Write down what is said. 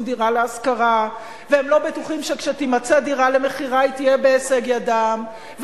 דירה להשכרה והם לא בטוחים שכשתימצא דירה למכירה היא תהיה בהישג ידם,